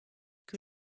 que